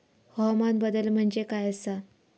हवामान बदल म्हणजे काय आसा?